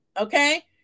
Okay